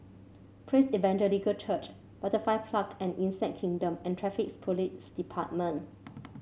Praise Evangelical Church Butterfly Park and Insect Kingdom and Traffic Police Department